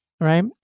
right